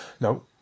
No